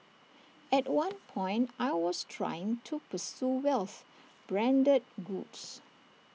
at one point I was trying to pursue wealth branded goods